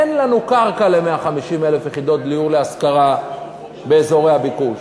אין לנו קרקע ל-150,000 יחידות דיור להשכרה באזורי הביקוש.